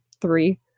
three